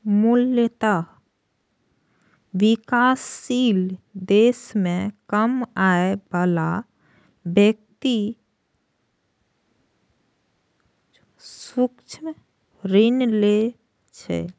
मूलतः विकासशील देश मे कम आय बला व्यक्ति सूक्ष्म ऋण लै छै